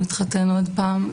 הוא התחתן עוד פעם,